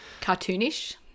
Cartoonish